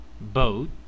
Boat